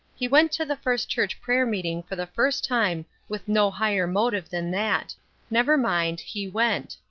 he went to the first church prayer-meeting for the first time with no higher motive than that never mind, he went.